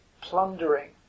plundering